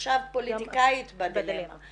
עכשיו פוליטיקאית בדילמה.